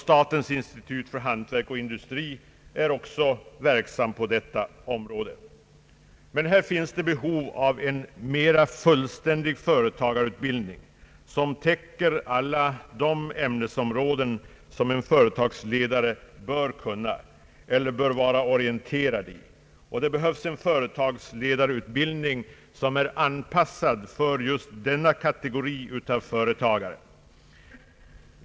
Statens institut för hantverk och industri är också verksamt på detta område. Men här finns det behov av en mera fullständig företagareutbildning som täcker alla de ämnesområden som en företagsledare bör kunna eller bör vara orienterad i. Det behövs en företagsledareutbildning som är anpassad för just denna kategori av företagare.